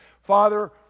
Father